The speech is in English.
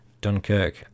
Dunkirk